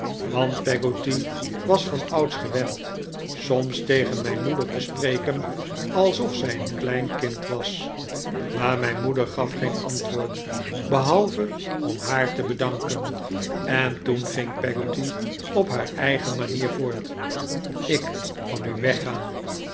want peggotty was vanouds gewend soms tegen mijn moeder te sprekeh alsof zij een klein kind was maar mijn moeder gaf geen antwoord behalve om haar te bedanken en toen ging peggotty op haar eigen manier voort ik van u weggaan